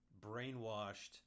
brainwashed